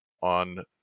on